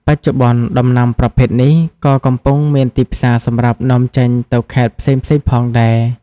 បច្ចុប្បនុ្នដំណាំប្រភេទនេះ ក៏កំពុងមានទីផ្សារសម្រាប់នាំចេញទៅខេត្តផ្សេងៗផងដែរ ។